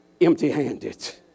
empty-handed